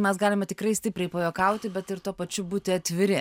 mes galime tikrai stipriai pajuokauti bet ir tuo pačiu būti atviri